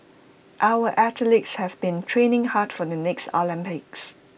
our athletes have been training hard for the next Olympics